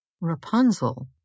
Rapunzel